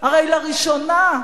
הרי לראשונה,